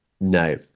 no